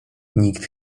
nikt